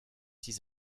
six